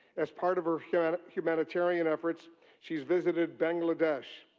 as part of her humanitarian efforts she has visited bangladesh,